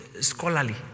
scholarly